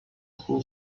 who